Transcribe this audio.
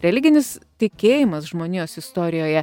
religinis tikėjimas žmonijos istorijoje